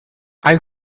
ein